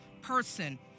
person